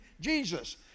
Jesus